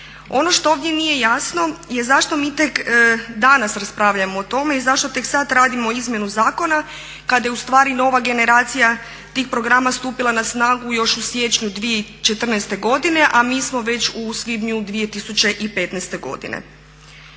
Ono što ovdje nije jasno je zašto mi tek danas raspravljamo o tome i zašto tek sad radimo izmjenu zakona kada je ustvari nova generacija tih programa stupila na snagu još u siječnju 2014. godine, a mi smo već u svibnju 2015. godine.